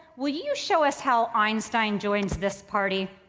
will you show us how einstein joins this party?